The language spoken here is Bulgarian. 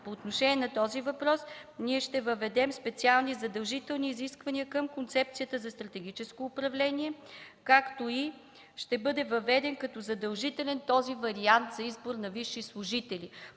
По отношение на този въпрос ние ще въведем специални задължителни изисквания към концепцията за стратегическо управление, както и ще бъде въведен като задължителен този вариант за избор на висши служители